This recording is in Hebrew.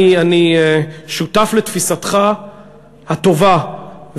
אני שותף לתפיסתך הטובה,